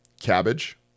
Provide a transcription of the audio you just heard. cabbage